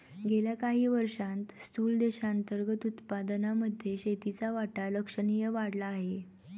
गेल्या काही वर्षांत स्थूल देशांतर्गत उत्पादनामध्ये शेतीचा वाटा लक्षणीय वाढला आहे